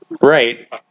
Right